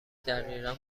دقیقا